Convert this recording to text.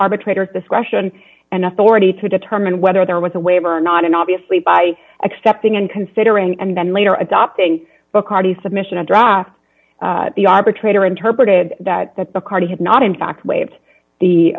arbitrator discretion and authority to determine whether there was a waiver or not and obviously by accepting and considering and then later adopting bacardi submission i dropped the arbitrator interpreted that that the card had not in fact waived the